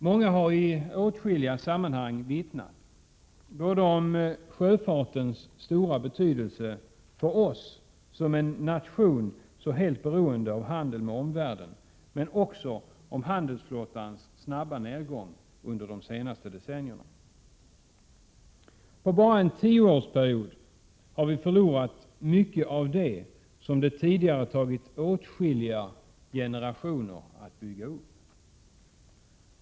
Många har i åtskilliga sammanhang vittnat både om sjöfartens stora betydelse för Sverige såsom en nation som är helt beroende av handel med omvärlden och om den snabba nedgången när det gäller handelsflottan under de senaste decennierna. Under bara en tioårsperiod har vi förlorat mycket av det som åtskilliga generationer har byggt upp.